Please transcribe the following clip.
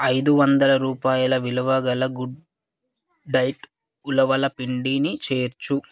ఐదు వందల రూపాయల విలువ గల గుడ్ డైట్ ఉలవల పిండిని చేర్చు